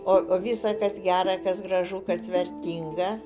o visa kas gera kas gražu kas vertinga